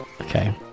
Okay